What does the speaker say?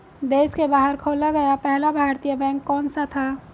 देश के बाहर खोला गया पहला भारतीय बैंक कौन सा था?